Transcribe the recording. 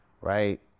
right